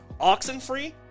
Oxenfree